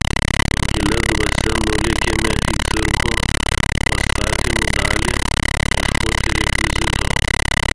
pakilia dvasia nulėkėme į cirko pastatymų dalį ieškoti rekvizito